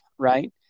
Right